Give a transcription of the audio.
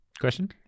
Question